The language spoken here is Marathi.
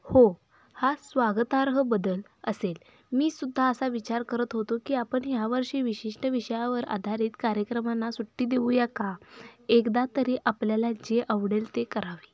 हो हा स्वागतार्ह बदल असेल मीसुद्धा असा विचार करत होतो की आपण ह्यावर्षी विशिष्ट विषयावर आधारित कार्यक्रमांना सुट्टी देऊया का एकदा तरी आपल्याला जे आवडेल ते करावे